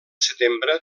setembre